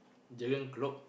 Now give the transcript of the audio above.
Jurgen-Klopp